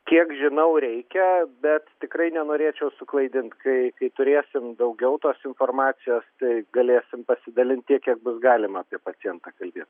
kiek žinau reikia bet tikrai nenorėčiau suklaidint kai kai turėsim daugiau tos informacijos tai galėsim pasidalint tiek kiek bus galima apie pacientą kalbėt